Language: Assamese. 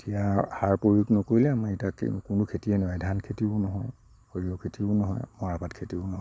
এতিয়া সাৰ প্ৰয়োগ নকৰিলে আমি এতিয়া কো কোনো খেতিয়েই নহয় ধান খেতিও নহয় সৰিয়হ খেতিও নহয় মৰাপাট খেতিও নহয়